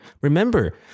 Remember